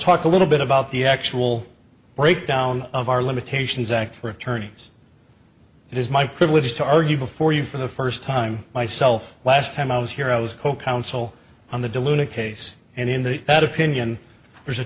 talk a little bit about the actual breakdown of our limitations act for attorneys it is my privilege to argue before you for the first time myself last time i was heroes co counsel on the diluent case and in the ed opinion there's a